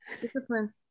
Discipline